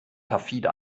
perfide